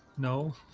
no